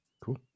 Cool